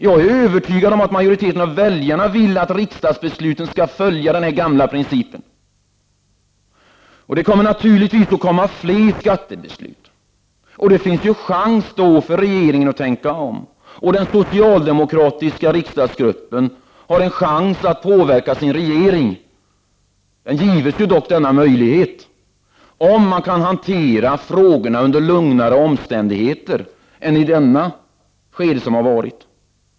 Jag är övertygad om att majoriteten av väljarna vill att riksdagsbesluten skall följa den gamla principen. Det kommer naturligtvis att följa flera skattebeslut, det finns chans för regeringen att tänka om. Den socialdemokratiska riksdagsgruppen har en chans att påverka sin regering. Denna möjlighet gives dock, om man kan hantera frågorna under lugnare omständigheter än som rått i det gångna arbetet.